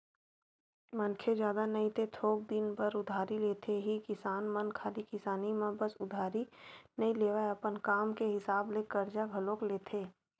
मनखे जादा नई ते थोक दिन बर उधारी लेथे ही किसान मन खाली किसानी म बस उधारी नइ लेवय, अपन काम के हिसाब ले करजा घलोक लेथे